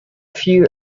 few